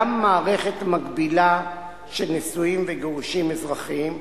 גם מערכת מקבילה של נישואים וגירושים אזרחיים,